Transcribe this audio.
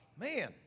man